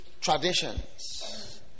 traditions